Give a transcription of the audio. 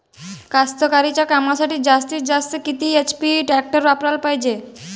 कास्तकारीच्या कामासाठी जास्तीत जास्त किती एच.पी टॅक्टर वापराले पायजे?